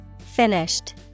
Finished